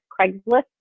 Craigslist